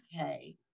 okay